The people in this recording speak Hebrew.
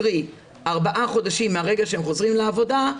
קרי ארבעה חודשים מרגע שהם חוזרים לעבודה,